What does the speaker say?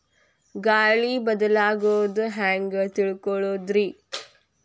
ಗಾಳಿ ಬದಲಾಗೊದು ಹ್ಯಾಂಗ್ ತಿಳ್ಕೋಳೊದ್ರೇ?